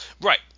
Right